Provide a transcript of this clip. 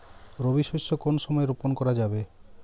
রবি শস্য কোন সময় রোপন করা যাবে?